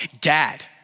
dad